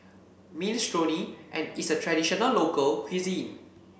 Minestrone and is a traditional local cuisine